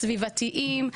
הסביבתיים,